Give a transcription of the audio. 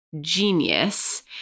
genius